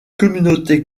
communauté